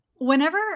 Whenever